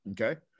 Okay